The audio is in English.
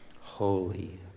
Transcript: holy